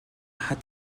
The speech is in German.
hat